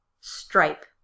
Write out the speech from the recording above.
stripe